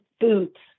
boots